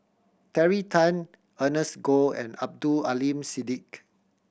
Terry Tan Ernest Goh and Abdul Aleem Siddique